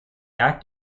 act